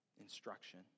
instruction